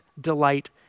delight